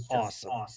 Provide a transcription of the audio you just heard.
awesome